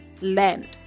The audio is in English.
land